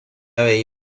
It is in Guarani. avei